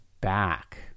back